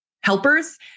helpers